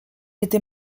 était